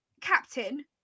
captain